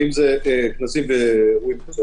ואם זה כנסים ואירועים.